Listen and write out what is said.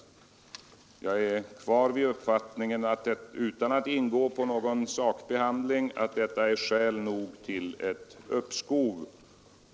Jag står kvar vid uppfattningen — utan att ingå på någon sakbehandling — att detta är skäl nog till ett uppskov.